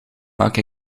maak